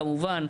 כמובן,